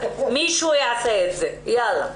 מישהו מכם יעשה את זה, יאללה.